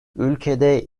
ülkede